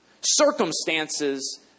Circumstances